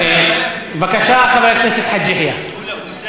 הוא יכול כחבר כנסת להציע מה שהוא רוצה, וגם כשר.